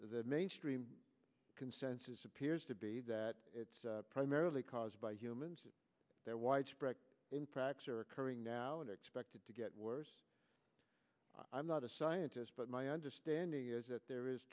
the mainstream consensus appears to be that it's primarily caused by humans is there widespread in practice are occurring now and expected to get worse i'm not a scientist but my understanding is that there is